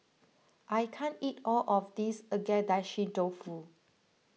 I can't eat all of this Agedashi Dofu